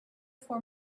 for